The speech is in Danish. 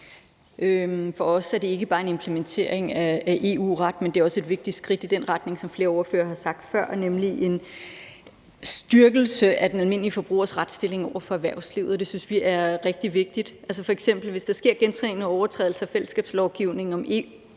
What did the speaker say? For os er det ikke bare en implementering af EU-ret, men det er også et vigtigt skridt i den retning, som flere ordførere har talt om før, nemlig en styrkelse af den almindelige forbrugers retsstilling over for erhvervslivet, og det synes vi er rigtig vigtigt. Hvis der f.eks. sker gentagne overtrædelser af fællesskabslovgivningen,